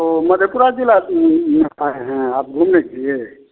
वह मधेपुरा जिला में हम आए हैं आप घूमने के लिए